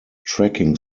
trekking